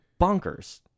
bonkers